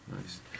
nice